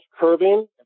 curving